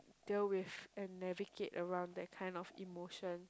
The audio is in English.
deal with and navigate around that kind of emotion